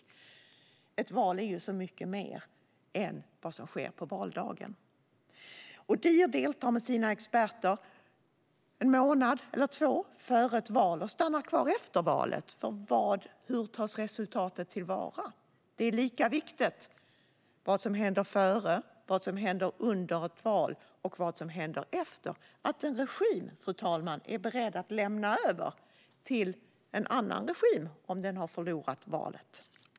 Ett val är ju så mycket mer än vad som sker på valdagen. Odihr deltar med sina experter en månad eller två före ett val och stannar kvar efter valet för att se hur resultatet tas till vara. Det är lika viktigt vad som händer före, under och efter ett val och att en regim är beredd att lämna över till en annan regim om den har förlorat valet.